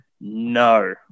No